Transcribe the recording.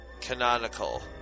canonical